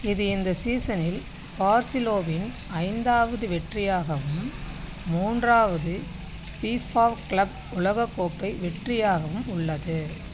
இது இந்த சீசனில் பார்சிலோவின் ஐந்தாவது வெற்றியாகவும் மூன்றாவது ஃபிஃபா கிளப் உலகக் கோப்பை வெற்றியாகவும் உள்ளது